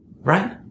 Right